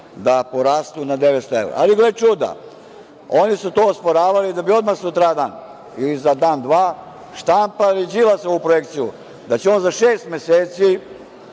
da porastu na 900 evra. Ali, gle čuda, oni su to osporavali da bi odmah sutradan ili za dan, dva štampali Đilasovu projekciju, da će on za šest meseci,